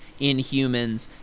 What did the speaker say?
inhumans